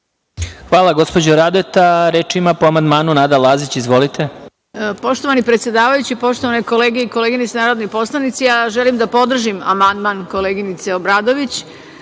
Hvala, gospođo Radeta. Reč ima po amandmanu Nada Lazić. Izvolite. **Nada Lazić** Poštovani predsedavajući, poštovane kolege i koleginice narodni poslanici, ja želim da podržim amandman koleginice Obradović,